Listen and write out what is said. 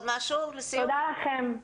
תודה לכם.